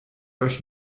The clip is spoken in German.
euch